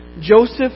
Joseph